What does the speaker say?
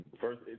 First